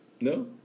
no